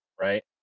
right